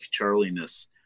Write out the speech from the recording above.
Charliness